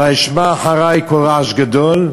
"ואשמע אחרי קול רעש גדול",